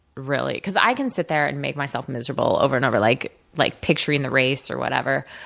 really. because i can sit there and make myself miserable over and over, like like picturing the race, or whatever.